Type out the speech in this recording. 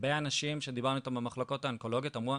הרבה אנשים שדיברנו אותם במחלקות האונקולוגיות אמרו לנו